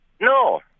No